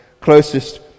closest